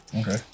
Okay